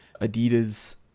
Adidas